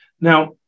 Now